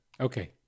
Okay